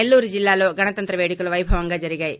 సెల్లూరు జిల్లాలో గణ తంత్రి పేడుకలు పైభవంగా జరిగాయి